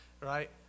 right